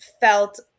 felt